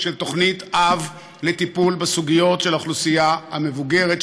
של תוכנית-אב לטיפול בסוגיות של האוכלוסייה המבוגרת,